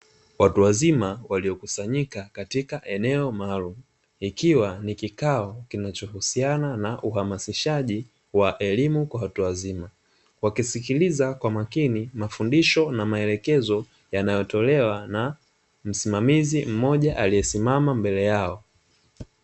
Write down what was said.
Watu wazima waliokusanyika katika eneo maalumu ikiwa ni kikao kinachohusiana na uhamasishaji wa elimu kwa watu wazima, wakisikiliza kwa makini mafundisho na maelekezo yanayotolewa na msimamizi mmoja aliyesimama mbele yao.